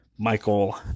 Michael